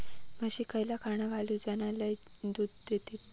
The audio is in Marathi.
म्हशीक खयला खाणा घालू ज्याना लय दूध देतीत?